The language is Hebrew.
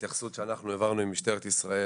בהתייחסות שאנחנו העברנו עם משטרת ישראל,